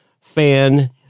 fan